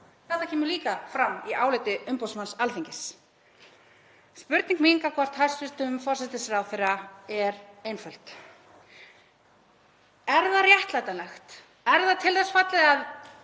Þetta kemur líka fram í áliti umboðsmanns Alþingis. Spurning mín gagnvart hæstv. forsætisráðherra er einföld. Er það réttlætanleg, er það til þess fallið að